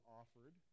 offered